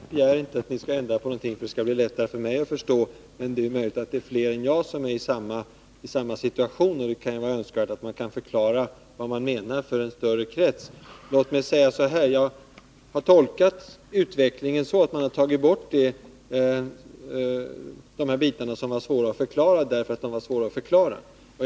Herr talman! Nej, jag begär inte att ni skall ändra på någonting för att det skall bli lättare för mig att förstå, men det är möjligt att det är fler än jag som är i denna situation, och det kan ju vara önskvärt att man kan förklara vad man menar för en större krets. Låt mig säga så här: Jag har tolkat utvecklingen så att man har tagit bort de bitar som var svåra att förklara just därför att de var svåra att förklara.